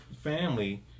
family